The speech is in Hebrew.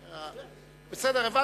בסדר, הבנתי.